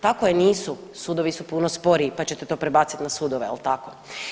Tako je nisu, sudovi su puno sporiji pa ćete to prebaciti na sudove jel tako.